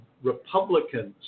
Republicans